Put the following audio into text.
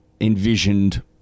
envisioned